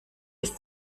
ist